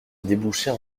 débouchait